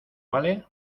vale